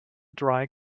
dry